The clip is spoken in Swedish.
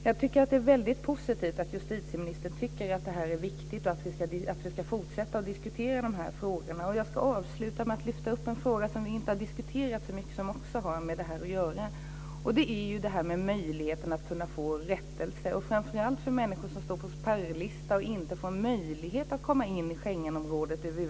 Fru talman! Det är väldigt positivt att justitieministern tycker att detta är viktigt och att vi ska fortsätta att diskutera frågorna. Jag ska avsluta med att lyfta upp en fråga som vi inte har diskuterat så mycket men som också har med detta att göra. Den gäller möjligheten att få rättelse, framför allt för människor som står på spärrlista och som över huvud taget inte får möjlighet att komma in i Schengenområdet.